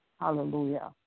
Hallelujah